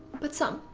but some.